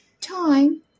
time